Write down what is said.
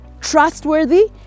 trustworthy